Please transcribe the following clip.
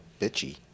bitchy